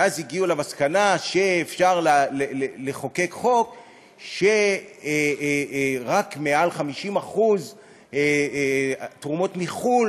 ואז הגיעו למסקנה שאפשר לחוקק חוק שרק מעל 50% תרומות מחו"ל